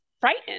frightened